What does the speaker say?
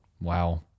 Wow